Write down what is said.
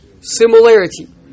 similarity